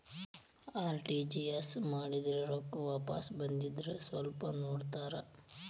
RTGS ಮಾಡಿದ್ದೆ ರೊಕ್ಕ ವಾಪಸ್ ಬಂದದ್ರಿ ಸ್ವಲ್ಪ ನೋಡ್ತೇರ?